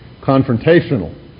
confrontational